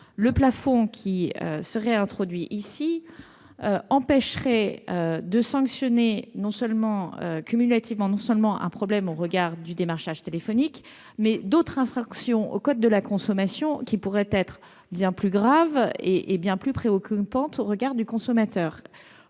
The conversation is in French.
le plafond qui est introduit ici empêchera de sanctionner cumulativement non seulement un problème lié au démarchage téléphonique, mais d'autres infractions au code de la consommation qui pourraient être bien plus graves et bien plus préoccupantes pour le consommateur.